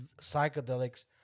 psychedelics